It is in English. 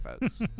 folks